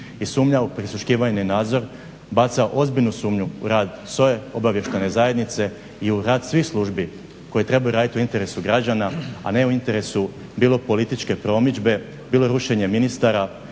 i sumnja u prisluškivanje i nadzor baca ozbiljno sumnju u rad SOA-e, Obavještajne zajednice i u rad svih službi koje trebaju raditi u interesu građana, a ne u interesu bilo političke promidžbe, bilo rušenje ministara,